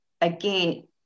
again